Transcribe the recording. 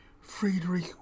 Friedrich